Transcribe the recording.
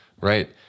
right